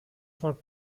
for